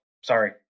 sorry